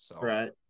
Right